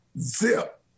zip